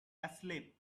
asleep